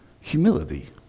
humility